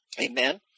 Amen